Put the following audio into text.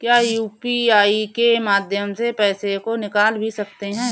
क्या यू.पी.आई के माध्यम से पैसे को निकाल भी सकते हैं?